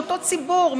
מאותו ציבור,